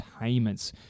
Payments